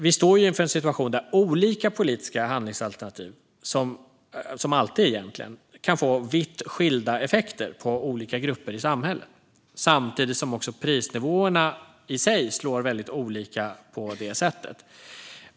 Vi står ju inför en situation där olika politiska handlingsalternativ - som alltid, egentligen - kan få vitt skilda effekter på olika grupper i samhället, samtidigt som prisnivåerna i sig slår väldigt olika på det sättet.